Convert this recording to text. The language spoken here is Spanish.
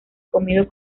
comido